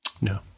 No